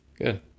Good